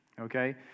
okay